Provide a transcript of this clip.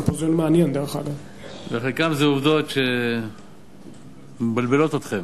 בחלקן זה עובדות שמבלבלות אתכם.